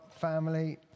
family